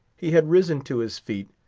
he had risen to his feet,